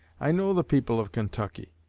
i know the people of kentucky,